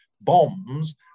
bombs